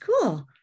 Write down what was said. cool